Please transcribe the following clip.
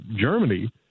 Germany